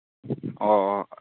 ꯑꯣ ꯑꯣ